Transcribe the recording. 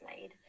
made